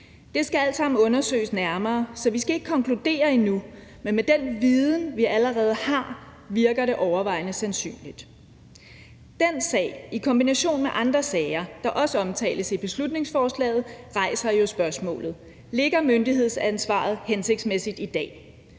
alt sammen undersøges nærmere, så vi skal ikke konkludere endnu, men med den viden, vi allerede har, virker det overvejende sandsynligt. Den sag i kombination med andre sager, der også omtales i beslutningsforslaget, rejser jo spørgsmålet: Ligger myndighedsansvaret hensigtsmæssigt i dag?